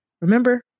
Remember